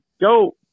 go